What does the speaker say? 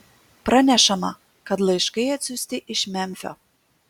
pranešama kad laiškai atsiųsti iš memfio